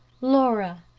laura,